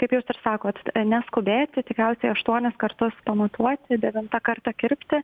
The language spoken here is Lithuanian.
kaip jūs ir sakot neskubėti tikriausiai aštuonis kartus pamatuoti devintą kartą kirpti